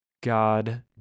God